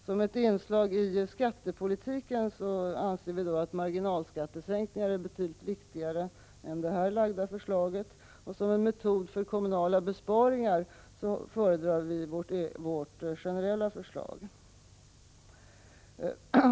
Som ett inslag i skattepolitiken anser vi att marginalskattesänkningar är betydligt viktigare än det här lagda förslaget, och som en metod för kommunala besparingar föredrar vi vårt generella förslag.